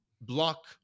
block